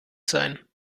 sein